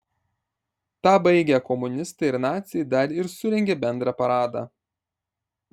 tą baigę komunistai ir naciai dar ir surengė bendrą paradą